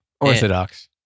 Orthodox